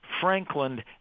Franklin